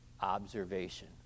observation